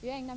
Vi ägnar